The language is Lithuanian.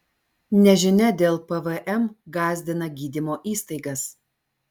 nežinia dėl pvm gąsdina gydymo įstaigas